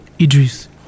Idris